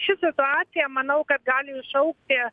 ši situacija manau kad gali iššaukti